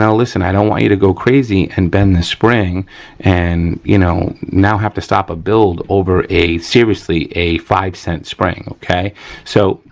listen, i don't want you to go crazy and bend this spring and you know, now have to stop a build over a seriously, a five cent spring, okay. so,